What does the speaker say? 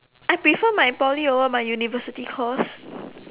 I prefer my Poly over my university course